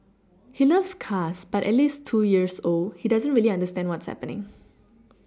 he loves cars but at two years old he doesn't really understand what's happening